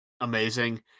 amazing